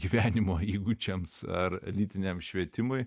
gyvenimo įgūdžiams ar lytiniam švietimui